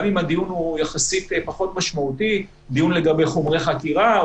גם אם הדיון הוא יחסית פחות משמעותי דיון לגבי חומרי חקירה,